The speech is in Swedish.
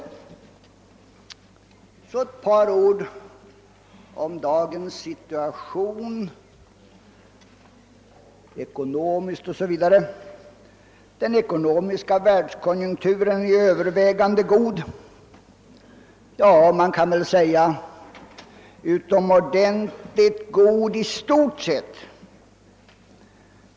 Så ett par ord om dagens situation i ekonomiskt avseende o. s. v. Den ekonomiska världskonjunkturen är övervägande god, ja, man kan väl säga utomordentligt god i stort sett.